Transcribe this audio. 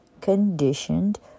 conditioned